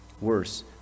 worse